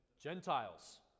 Gentiles